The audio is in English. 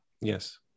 Yes